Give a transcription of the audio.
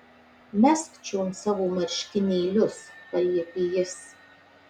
mesk čion savo marškinėlius paliepė jis